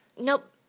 Nope